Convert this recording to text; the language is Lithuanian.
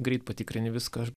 greit patikrini viską